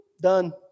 Done